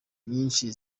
nyinshi